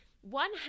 One